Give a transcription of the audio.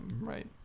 right